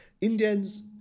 Indians